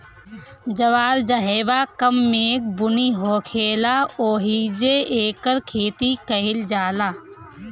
जवार जहवां कम मेघ बुनी होखेला ओहिजे एकर खेती कईल जाला